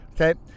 okay